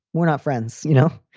we're not friends, you know?